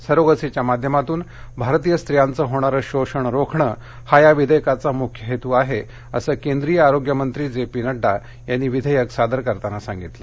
सरोगसीच्या माध्यमातून भारतीय सित्रयांच होणार शोषण रोखणं हा या विधेयकाचा मुख्य हेतू आहे असं केंद्रीय आरोग्य मंत्री जे पी नड्डा यांनी विधेयक सादर करताना सांगितलं